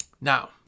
now